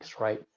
Right